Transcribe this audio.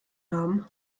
haben